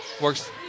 works